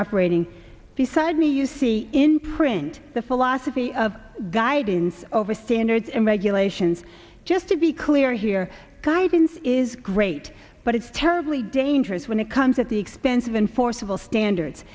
operating beside me you see in print the philosophy of guidance over standards and regulations just to be clear here guidance is great but it's terribly dangerous when it comes at the expense of enforceable standards